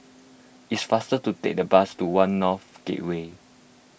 it is faster to take the bus to one North Gateway